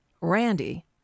Randy